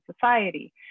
society